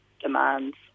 demands